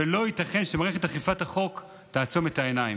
ולא ייתכן שמערכת אכיפת הלוק תעצום עיניים.